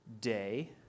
day